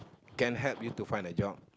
can help you to find a job